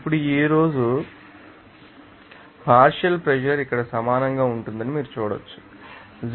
ఇప్పుడు ఈ రోజు కాబట్టి పార్షియల్ ప్రెషర్ ఇక్కడ సమానంగా ఉంటుందని మీరు చూడవచ్చు 0